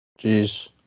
Jeez